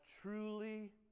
truly